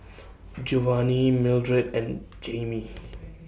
Jovani Mildred and Jamie